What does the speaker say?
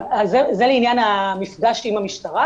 זה לעניין המפגש עם המשטרה,